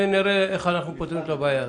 ונראה איך אנחנו פותרים את הבעיה הזאת.